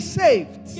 saved